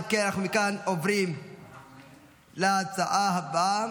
אנחנו עוברים להצעה הבאה.